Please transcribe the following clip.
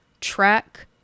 track